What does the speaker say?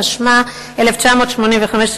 התשמ"ה 1985,